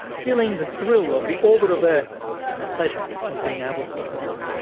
feeling the thrill of the orbit of earth and the pleasure of being able to fly.